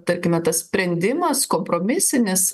tarkime tas sprendimas kompromisinis